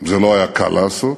זה לא היה קל לעשות,